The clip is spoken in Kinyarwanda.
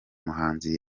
muhanzi